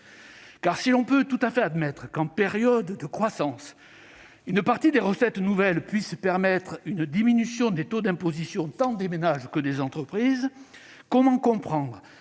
si l'on peut tout à fait admettre que, en période de croissance, une partie des recettes nouvelles permette la diminution des taux d'imposition tant des ménages que des entreprises, comment comprendre